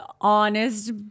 honest